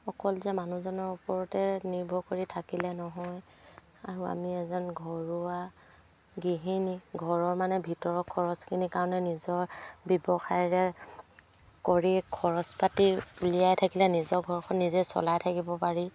অকল যে মানুহজনৰ ওপৰতে নিৰ্ভৰ কৰি থাকিলে নহয় আৰু আমি এজন ঘৰুৱা গৃহিণী ঘৰৰ মানে ভিতৰৰ খৰচখিনিৰ কাৰণে নিজৰ ব্যৱসায়ৰে কৰি খৰচ পাতি উলিয়াই থাকিলে নিজৰ ঘৰখন নিজে চলাই থাকিব পাৰি